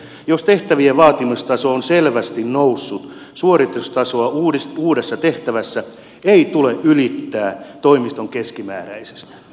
jos tehtävien vaatimustaso on selvästi noussut suoritustasoa uudessa tehtävässä ei tule ylittää toimiston keskimääräisestä